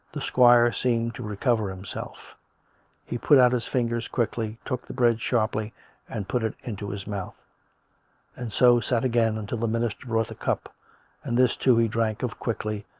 the squire seemed to recover himself he put out his fingers quickly, took the bread sharply and put it into his mouth and so sat again, until the minister brought the cup and this, too, he drank of quickly,